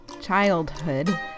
childhood